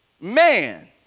Man